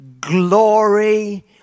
glory